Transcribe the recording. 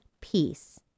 Peace